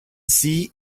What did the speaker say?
see